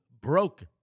broke